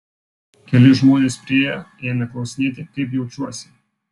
keli žmonės priėję ėmė klausinėti kaip jaučiuosi